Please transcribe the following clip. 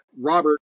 Robert